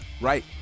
Right